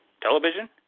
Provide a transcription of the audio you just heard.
television